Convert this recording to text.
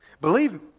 Believe